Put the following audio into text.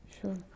sure